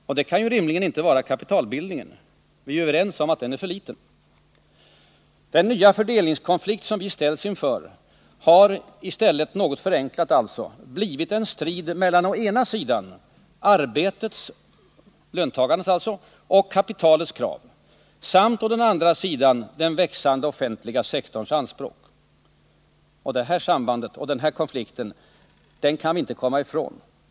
Och det kan ju rimligtvis inte ha varit kapitalbildningen. Vi är ju överens om att den är för liten. Den nya fördelningskonflikt som vi ställts inför har i stället — något förenklat — blivit en strid mellan å ena sidan arbetets, alltså löntagarnas, och kapitalets krav samt å andra sidan den växande offentliga sektorns anspråk. Den konflikten kan vi inte komma ifrån.